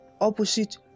opposite